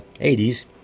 80s